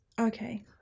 okay